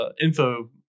info